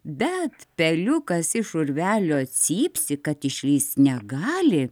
bet peliukas iš urvelio cypsi kad išlįst negali